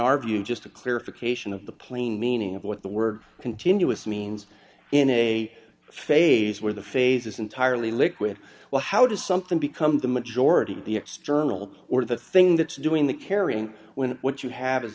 a clarification of the plain meaning of what the word continuous means in a phase where the phase is entirely liquid well how does something become the majority the external or the thing that's doing the carrying when what you have is